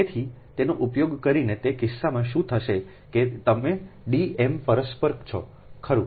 તેથી તેનો ઉપયોગ કરીને તે કિસ્સામાં શું થશે કે તમે d એમ પરસ્પર છો ખરું